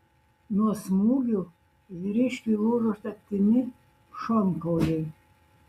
nuo smūgių vyriškiui lūžo septyni šonkauliai